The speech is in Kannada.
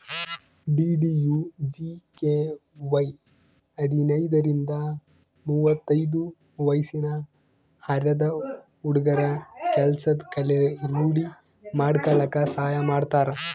ಡಿ.ಡಿ.ಯು.ಜಿ.ಕೆ.ವೈ ಹದಿನೈದರಿಂದ ಮುವತ್ತೈದು ವಯ್ಸಿನ ಅರೆದ ಹುಡ್ಗುರ ಕೆಲ್ಸದ್ ಕಲೆ ರೂಡಿ ಮಾಡ್ಕಲಕ್ ಸಹಾಯ ಮಾಡ್ತಾರ